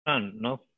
no